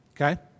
Okay